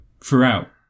throughout